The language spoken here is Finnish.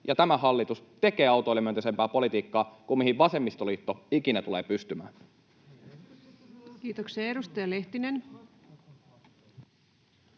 tämä hallitus tekevät autoilijamyönteisempää politiikkaa kuin mihin vasemmistoliitto ikinä tulee pystymään. [Jussi Saramo: Meidän